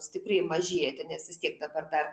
stipriai mažėti nes vis tiek dabar dar